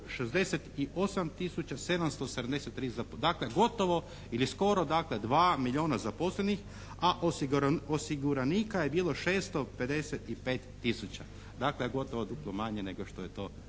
773, dakle gotovo ili skoro dakle dva milijuna zaposlenih, a osiguranika je bilo 655 tisuća, dakle gotovo duplo manje nego što je to